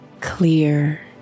clear